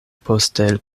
poste